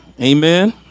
Amen